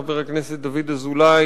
חבר הכנסת דוד אזולאי,